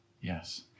Yes